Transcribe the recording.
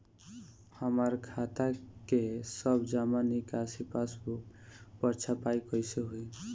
हमार खाता के सब जमा निकासी पासबुक पर छपाई कैसे होई?